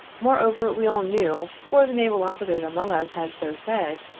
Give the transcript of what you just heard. moreover, we all knew, for the naval officers among us had so said,